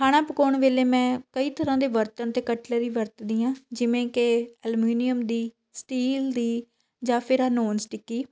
ਖਾਣਾ ਪਕਾਉਣ ਵੇਲੇ ਮੈਂ ਕਈ ਤਰ੍ਹਾਂ ਦੇ ਬਰਤਨ ਅਤੇ ਕਟਲਰੀ ਵਰਤਦੀ ਹਾਂ ਜਿਵੇਂ ਕਿ ਅਲਮੀਨੀਅਮ ਦੀ ਸਟੀਲ ਦੀ ਜਾਂ ਫਿਰ ਆ ਨੋਨ ਸਟਿਕੀ